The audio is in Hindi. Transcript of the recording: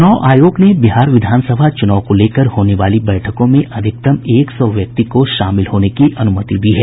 चुनाव आयोग ने बिहार विधानसभा चुनाव को लेकर होने वाली बैठकों में अधिकतम एक सौ व्यक्ति को शामिल होने की अनुमति दी है